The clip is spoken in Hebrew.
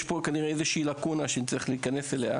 אז כנראה שיש פה איזושהי לקונה שאני צריך להיכנס אליה.